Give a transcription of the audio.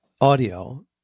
audio